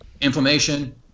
inflammation